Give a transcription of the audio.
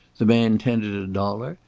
the man tendered a dollar,